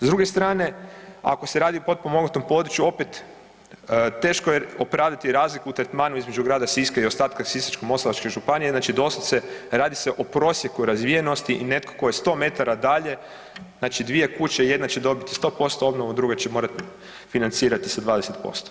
S druge strane, ako se radi o potpomognutom području, opet, teško je opravdati razliku u tretmanu između grada Siska i ostatka Sisačko-moslavačke županije, znači doslovce, radi se o prosjeku razvijenosti i netko tko je 100 m dalje, znači 2 kuće, jedna će dobiti 100% obnovu, druga će morati financirati sa 20%